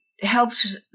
helps